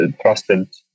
trusted